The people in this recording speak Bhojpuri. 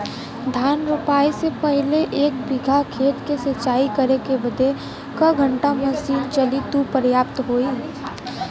धान रोपाई से पहिले एक बिघा खेत के सिंचाई करे बदे क घंटा मशीन चली तू पर्याप्त होई?